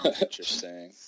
Interesting